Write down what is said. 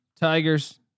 Tigers